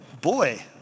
boy